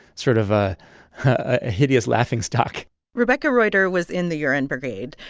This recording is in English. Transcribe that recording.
sort of a ah hideous laughingstock rebecca rueter was in the urine brigade,